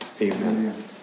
Amen